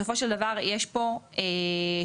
זה צוות שבוחן דברים קדימה, אבל קודם כל מכבים